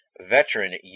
veteran